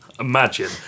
imagine